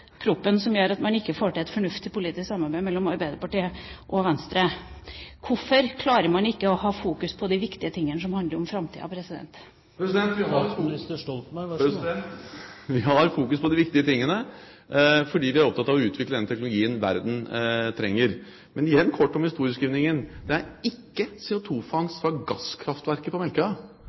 som gjør at man ikke får til et fornuftig politisk samarbeid mellom Arbeiderpartiet og Venstre. Hvorfor klarer man ikke å ha fokus på de viktige tingene som handler om framtida? Vi har fokus på de viktige tingene, fordi vi er opptatt av å utvikle den teknologien verden trenger. Men igjen, kort om historieskrivningen: Det er ikke CO2-fangst fra gasskraftverket på